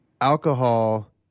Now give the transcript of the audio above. alcohol